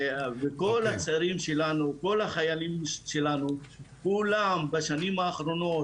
כל הצעירים שלנו והחיילים שלנו כולם בשנים האחרונות,